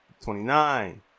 twenty-nine